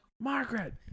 Margaret